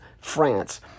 France